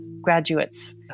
graduates